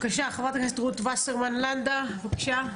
חברת הכנסת רות וסרמן לנדה, בבקשה.